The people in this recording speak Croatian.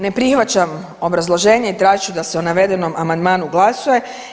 Ne prihvaćam obrazloženje i tražit ću da se o navedenom amandmanu glasuje.